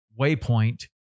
WAYPOINT